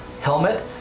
helmet